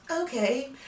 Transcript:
Okay